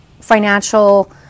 financial